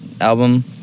album